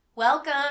Welcome